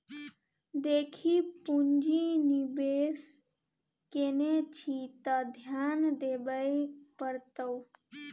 देखी पुंजी निवेश केने छी त ध्यान देबेय पड़तौ